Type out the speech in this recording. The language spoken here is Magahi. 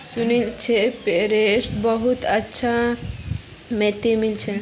सुनील छि पेरिसत बहुत अच्छा मोति मिल छेक